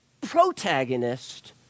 protagonist